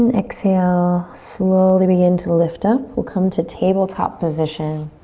and exhale, slowly begin to lift up. we'll come to tabletop position.